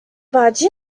barge